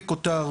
בכותר,